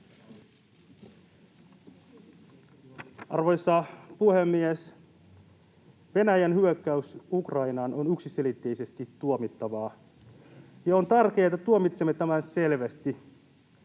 Arvoisa puhemies! Venäjän hyökkäys Ukrainaan on yksiselitteisesti tuomittavaa, ja on tärkeää, että tuomitsemme tämän selvästi.